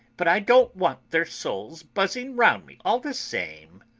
but i don't want their souls buzzing round me, all the same.